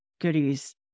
goodies